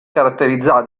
caratterizzata